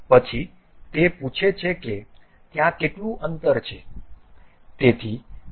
પછી તે પૂછે છે કે ત્યાં કેટલું અંતર છે